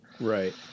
Right